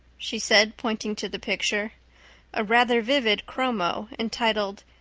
she said, pointing to the picture a rather vivid chromo entitled,